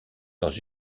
dans